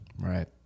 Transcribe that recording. right